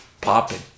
popping